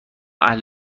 اهل